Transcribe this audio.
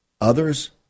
Others